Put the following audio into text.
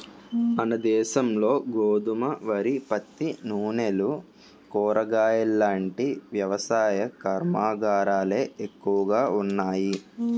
మనదేశంలో గోధుమ, వరి, పత్తి, నూనెలు, కూరగాయలాంటి వ్యవసాయ కర్మాగారాలే ఎక్కువగా ఉన్నాయి